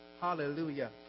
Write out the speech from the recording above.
Hallelujah